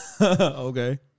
Okay